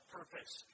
purpose